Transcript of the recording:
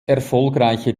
erfolgreiche